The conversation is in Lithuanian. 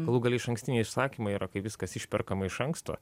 galų gale išankstiniai užsakymai yra kai viskas išperkama iš anksto